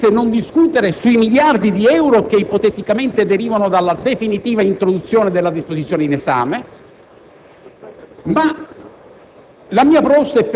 È contro il Paese non discutere sui miliardi di euro che ipoteticamente derivano dalla definitiva introduzione della disposizione in esame. La